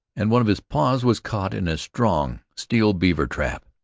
and one of his paws was caught in a strong, steel beaver-trap.